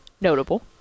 Notable